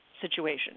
situation